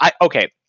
okay